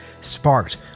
sparked